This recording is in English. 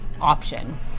option